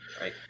right